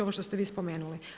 Ovo što ste vi spomenuli.